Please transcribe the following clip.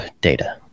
data